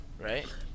right